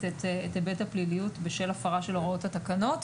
את היבט הפליליות בשל הפרה של הוראות התקנות.